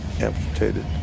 amputated